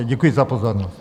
Děkuji za pozornost.